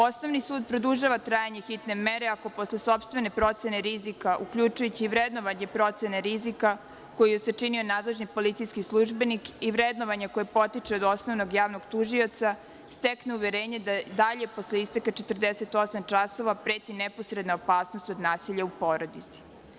Osnovni sud produžava trajanje hitne mere ako posle sopstvene procene rizika, uključujući i vrednovanje procene rizika koju je sačinio nadležni policijski službenik i vrednovanje koje potiče od osnovnog javnog tužioca stekne uverenje da i dalje posle isteka 48 časova preti neposredna opasnost od nasilja u porodici.